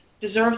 deserves